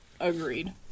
agreed